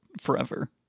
forever